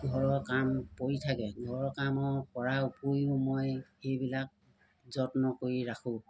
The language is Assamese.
ঘৰৰ কাম পৰি থাকে ঘৰৰ কামৰ পৰা উপৰিও মই এইবিলাক যত্ন কৰি ৰাখোঁ